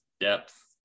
depth